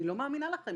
אני לא מאמינה לכם.